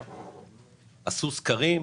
הם עשו סקרים,